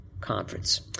conference